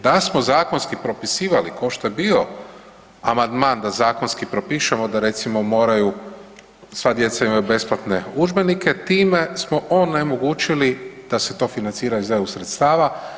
Da smo zakonski propisivali, kao što je bio amandman da zakonski propišemo da recimo, moraju, sva djeca imaju besplatne udžbenike, time smo onemogućili da se to financira iz EU sredstava.